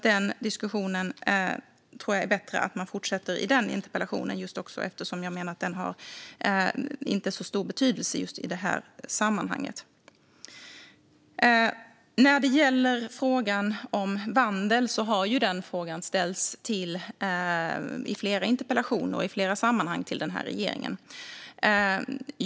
Den diskussionen tror jag alltså är bättre att fortsätta i den interpellationsdebatten, också eftersom jag menar att den inte har så stor betydelse i det här sammanhanget. När det gäller frågan om vandel har den ställts i flera interpellationer och flera sammanhang till regeringen.